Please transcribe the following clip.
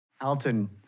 Alton